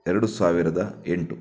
ಎರಡು ಸಾವಿರದ ಎಂಟು